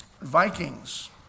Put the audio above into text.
Vikings